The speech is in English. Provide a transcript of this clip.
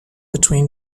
between